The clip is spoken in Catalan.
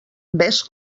vés